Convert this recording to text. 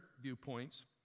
viewpoints